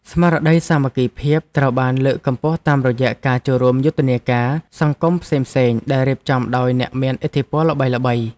ស្មារតីសាមគ្គីភាពត្រូវបានលើកកម្ពស់តាមរយៈការចូលរួមយុទ្ធនាការសង្គមផ្សេងៗដែលរៀបចំដោយអ្នកមានឥទ្ធិពលល្បីៗ។